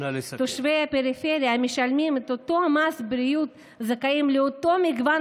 תושבי הפריפריה שמשלמים את אותו מס בריאות זכאים לאותו מגוון